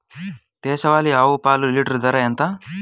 దేశవాలీ ఆవు పాలు లీటరు ధర ఎంత?